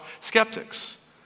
skeptics